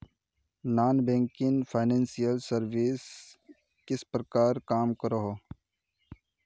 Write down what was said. Non banking financial services किस प्रकार काम करोहो?